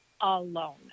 alone